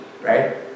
right